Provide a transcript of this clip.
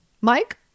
Mike